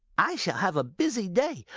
i shall have a busy day,